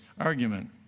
argument